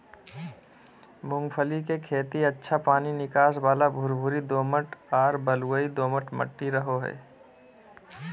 मूंगफली के खेती अच्छा पानी निकास वाला भुरभुरी दोमट आर बलुई दोमट मट्टी रहो हइ